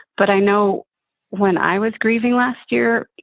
but i know when i was grieving last year,